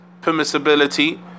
permissibility